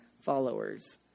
followers